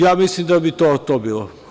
Ja mislim da bi to bilo to.